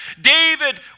David